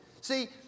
See